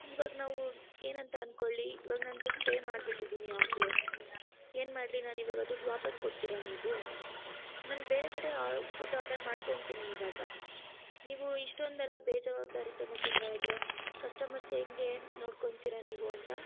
ಇವಾಗ ನಾವು ಏನಂತ ಅಂದ್ಕೊಳ್ಲಿ ಇವಾಗ ನಾನು ದುಡ್ಡು ಪೇ ಮಾಡಿಬಿಟ್ಟಿದ್ದೀನಿ ಆಗಲೇ ಏನು ಮಾಡಲಿ ನಾನು ಇವಾಗ ದುಡ್ಡು ವಾಪಸ್ಸು ಕೊಡ್ತೀರಾ ನೀವು ನಾನು ಬೇರೆ ಕಡೆ ಆ ಫುಡ್ ಆರ್ಡರ್ ಮಾಡ್ಕೊಳ್ತೀನಿ ಇವಾಗ ನೀವು ಇಷ್ಟೊಂದೆಲ್ಲ ಬೇಜವಾಬ್ದಾರಿತನದಿಂದ ಇದ್ದರೆ ಕಸ್ಟಮರ್ಸ್ ಹೇಗೇ ನೋಡ್ಕೊಳ್ತೀರ ನೀವು ಅಂತ